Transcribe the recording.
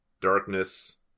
darkness